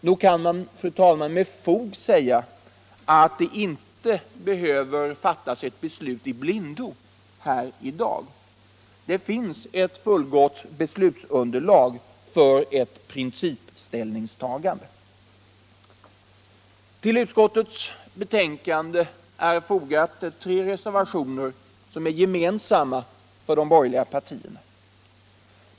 Nog kan man, fru talman, med fog säga att det inte behöver fattas ett beslut i blindo här i dag. Det finns ett gott beslutsunderlag för ett principställningstagande. Vid utskottets betänkande har fogats tre reservationer som är gemensamma för de borgerliga partierna.